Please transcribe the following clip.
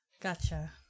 Gotcha